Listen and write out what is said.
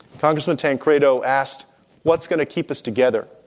congressman tancredo asked what's going to keep us together.